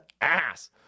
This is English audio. ass